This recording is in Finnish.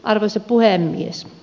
arvoisa puhemies